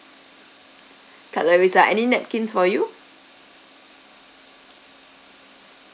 cutleries ah any napkins for you